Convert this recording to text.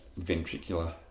ventricular